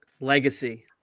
Legacy